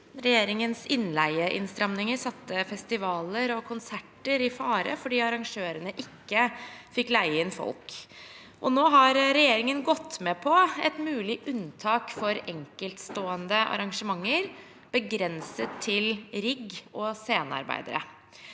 Regjeringens innleieinnstramminger satte festivaler og konserter i fare fordi arrangørene ikke fikk leie inn folk. Nå har regjeringen gått med på et mulig unntak for enkeltstående arrangementer begrenset til rigg- og scenearbeidere.